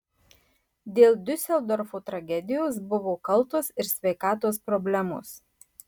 dėl diuseldorfo tragedijos buvo kaltos ir sveikatos problemos